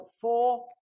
four